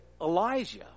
Elijah